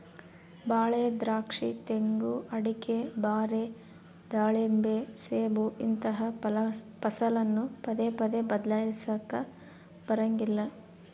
ಬಾಳೆ, ದ್ರಾಕ್ಷಿ, ತೆಂಗು, ಅಡಿಕೆ, ಬಾರೆ, ದಾಳಿಂಬೆ, ಸೇಬು ಇಂತಹ ಫಸಲನ್ನು ಪದೇ ಪದೇ ಬದ್ಲಾಯಿಸಲಾಕ ಬರಂಗಿಲ್ಲ